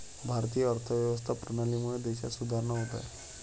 भारतीय अर्थव्यवस्था प्रणालीमुळे देशात सुधारणा होत आहे